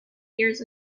years